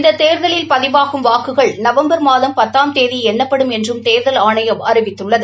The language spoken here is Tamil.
இந்த தேர்தலில் பதிவாகும் வாக்குகள் நவம்பர் மாதம் பத்தாம் நடைபெறம் என்றும் தேர்தல் ஆணையம் அறிவித்துள்ளது